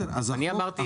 אני אמרתי את דעתי.